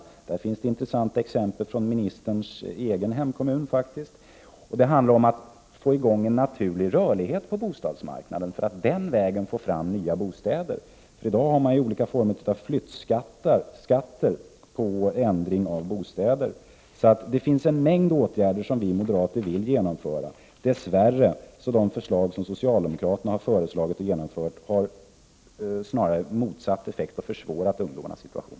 Därvidlag finns faktiskt intressanta exempel från ministerns hemkommun. Det handlar vidare om att få i gång en naturlig rörlighet på bostadsmarknaden för att den vägen skapa nya bostäder. I dag finns ju olika former av flyttskatter när det gäller ändring av bostäder. Det är alltså en mängd åtgärder som vi moderater vill vidta. Dess värre har de förslag som socialdemokraterna lagt fram och genomfört snarare gett motsatt effekt och försvårat ungdomarnas situation.